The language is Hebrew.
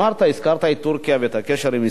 הזכרת את טורקיה ואת הקשר עם ישראל,